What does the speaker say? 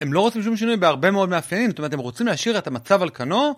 הם לא רוצים שום שינוי בהרבה מאוד מאפיינים, זאת אומרת, הם רוצים להשאיר את המצב על כנו...